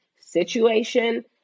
situation